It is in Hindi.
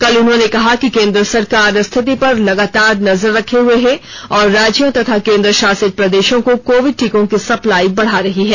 कल उन्होंने कहा कि केन्द्र सरकार स्थिति पर लगातार नजर रखे हुए है और राज्यों तथा केन्द्र शासित प्रदेशों को कोविड टीकों की सप्लाई बढ़ा रही है